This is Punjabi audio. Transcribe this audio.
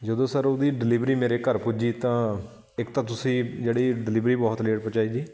ਜਦੋਂ ਸਰ ਉਹਦੀ ਡਿਲੀਵਰੀ ਮੇਰੇ ਘਰ ਪੁੱਜੀ ਤਾਂ ਇੱਕ ਤਾਂ ਤੁਸੀਂ ਜਿਹੜੀ ਡਿਲੀਵਰੀ ਬਹੁਤ ਲੇਟ ਪਹੁੰਚਾਈ ਜੀ